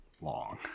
long